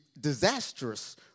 disastrous